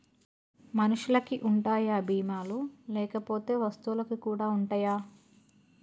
మనుషులకి ఉంటాయా బీమా లు లేకపోతే వస్తువులకు కూడా ఉంటయా?